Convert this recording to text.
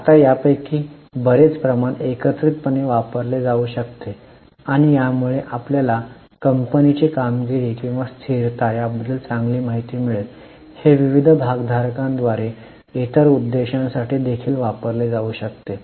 आता यापैकी बरेच प्रमाण एकत्रितपणे वापरले जाऊ शकते आणि यामुळे आपल्याला कंपनीची कामगिरी किंवा स्थिरता याबद्दल चांगली माहिती मिळेल हे विविध भागधारकांद्वारे इतर उद्देशांसाठी देखील वापरले जाऊ शकते